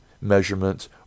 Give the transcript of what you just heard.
measurements